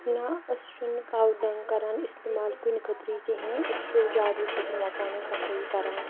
نہ أسۍ چھُ نہٕ کاو ڈنٛگ کَران استعمال کُنہِ خٲطرٕ کِہیٖنۍ أسۍ چھُ جاڈوٗ سۭتۍ مکانٕچ صفٲیی کَران